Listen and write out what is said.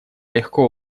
легко